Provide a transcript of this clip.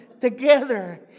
together